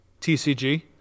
TCG